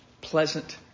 pleasant